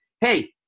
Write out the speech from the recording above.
Hey